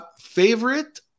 Favorite